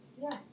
Yes